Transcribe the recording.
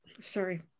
Sorry